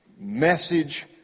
message